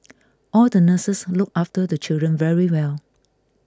all the nurses look after the children very well